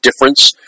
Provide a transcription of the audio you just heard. difference